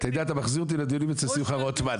אתה מחזיר אותי לדיונים אצל שמחה רוטמן.